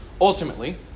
ultimately